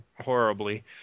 horribly